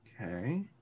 Okay